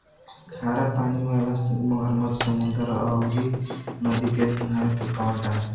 खरा पानी वाला मगरमच्छ समुंदर अउरी नदी के मुहाने पे पावल जाला